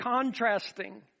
contrasting